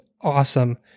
awesome